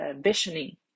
Visioning